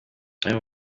bamwe